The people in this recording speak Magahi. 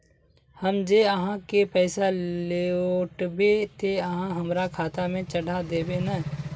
हम जे आहाँ के पैसा लौटैबे ते आहाँ हमरा खाता में चढ़ा देबे नय?